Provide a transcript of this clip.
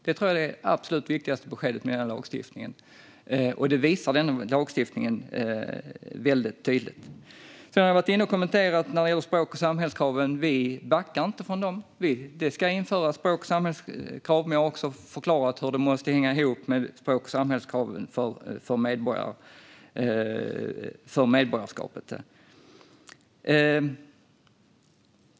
Det tror jag är det absolut viktigaste beskedet, och det visar den här lagstiftningen väldigt tydligt. Jag har kommenterat språk och samhällsorienteringskraven, och vi backar inte från dem. Det ska införas sådana krav, men jag har också förklarat hur det måste hänga ihop med språk och samhällsorienteringskraven för medborgarskapet.